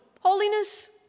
Holiness